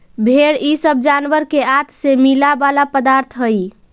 भेंड़ इ सब जानवर के आँत से मिला वाला पदार्थ हई